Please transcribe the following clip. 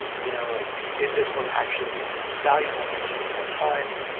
you know like is this one actually going to be valuable and useful for my time?